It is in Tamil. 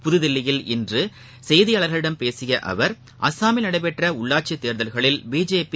புதகில்லியில் இன்று செய்தியாளர்களிடம் பேசிய அவர் அசாமில் நடைபெற்ற உள்ளாட்சித் தேர்தல்களில் பிஜேபி